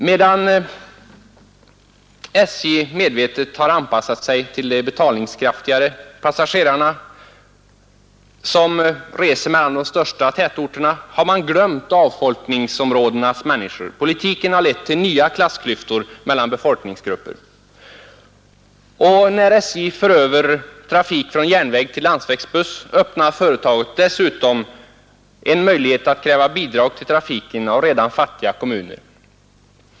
Medan SJ medvetet har anpassat sig till de betalningskraftigas te passagerarna, som reser mellan de största tätorterna, har man glömt avfolkningsområdenas människor. Politiken har lett till nya klassklyftor mellan befolkningsgrupper. Och när SJ för över trafik från järnväg till landsvägsbuss öppnar företaget dessutom en möjlighet att kräva bidrag till trafiken av redan fattiga kommuner.